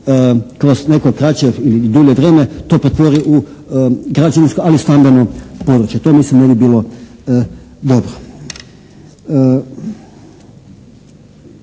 kroz neko kraće ili dulje vrijeme to pretvori u građevinsko ali stambeno područje. To mislim da ne bi bilo dobro.